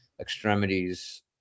extremities